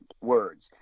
words